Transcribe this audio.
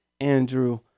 Andrew